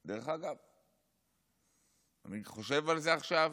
דרך אגב, אני חושב על זה עכשיו,